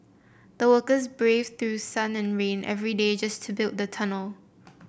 the workers braved through sun and rain every day just to build the tunnel